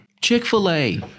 Chick-fil-A